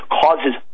causes